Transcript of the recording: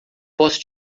posso